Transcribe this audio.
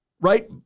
right